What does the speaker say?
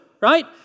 right